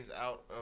out